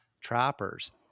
trappers